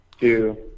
two